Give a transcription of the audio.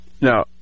now